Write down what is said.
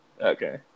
Okay